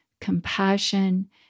compassion